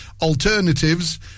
Alternatives